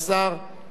על כך.